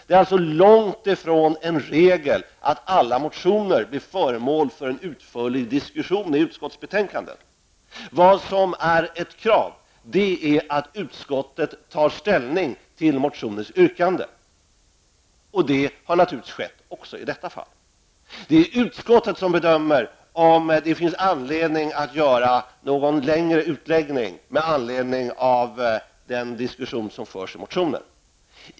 Det är alltså långt ifrån regel att alla motioner blir föremål för en utförlig diskussion i utskotten. Vad som är ett krav är att utskottet tar ställning till motioners yrkanden, och det har naturligtvis skett också i detta fall. Det är utskotten som bedömer om det finns anledning att göra en längre utläggning med anledning av det som står i motionerna.